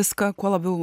viską kuo labiau